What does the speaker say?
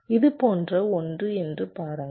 இது போன்ற ஒன்று என்று பாருங்கள்